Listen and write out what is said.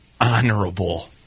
honorable